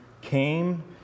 came